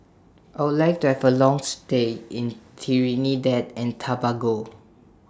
I Would like to Have A Long stay in Trinidad and Tobago